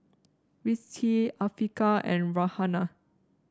Rizqi Afiqah and Raihana